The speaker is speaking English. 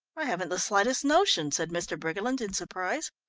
i haven't the slightest notion, said mr. briggerland in surprise.